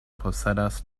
posedas